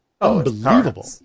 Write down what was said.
unbelievable